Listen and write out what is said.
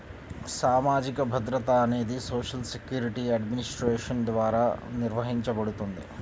సామాజిక భద్రత అనేది సోషల్ సెక్యూరిటీ అడ్మినిస్ట్రేషన్ ద్వారా నిర్వహించబడుతుంది